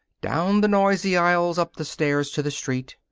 down the noisy aisle, up the stairs, to the street.